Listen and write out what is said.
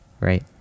Right